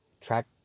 track